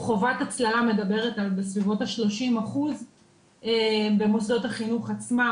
שחובת הצללה מדברת בסביבות ה-30% במוסדות החינוך עצמם.